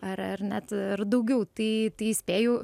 ar ar net daugiau tai įspėjau